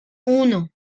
uno